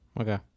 Okay